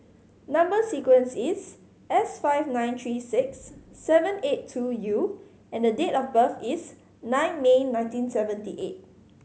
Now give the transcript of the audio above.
number sequence is S five nine three six seven eight two U and date of birth is nine May nineteen seventy eight